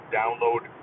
download